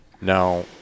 Now